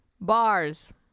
Bars